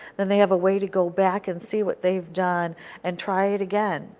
then they have a way to go back and see what they have done and try it again.